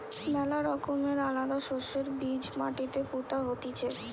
ম্যালা রকমের আলাদা শস্যের বীজ মাটিতে পুতা হতিছে